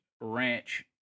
ranch